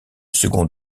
second